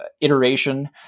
iteration